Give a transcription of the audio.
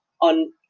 on